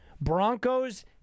Broncos